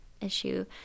issue